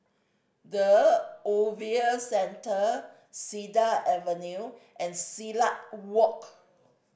The Ogilvy Centre Cedar Avenue and Silat Walk